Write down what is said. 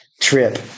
trip